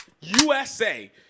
USA